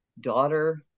daughter